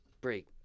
Break